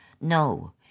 No